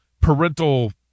parental